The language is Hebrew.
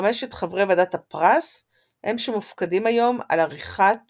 חמשת חברי ועדת הפרס הם שמופקדים היום על עריכת